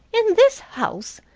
in this house!